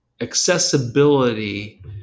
accessibility